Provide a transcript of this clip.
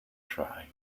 try